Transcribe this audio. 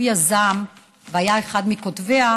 שהוא יזם והיה אחד מכותביה,